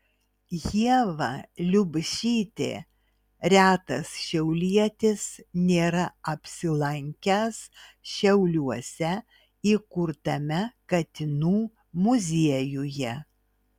ieva liubšytė retas šiaulietis nėra apsilankęs šiauliuose įkurtame katinų muziejuje